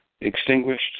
extinguished